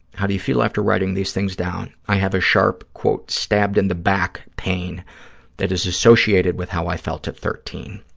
how do you feel after writing these things down? i have a sharp, quote, stabbed-in-the-back pain that is associated with how i felt at thirteen.